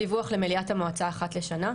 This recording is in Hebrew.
דיווח למליאת המועצה אחת לשנה,